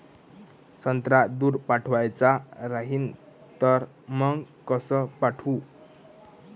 संत्रा दूर पाठवायचा राहिन तर मंग कस पाठवू?